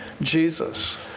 Jesus